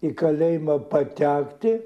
į kalėjimą patekti